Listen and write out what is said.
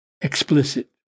explicit